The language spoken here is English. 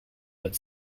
but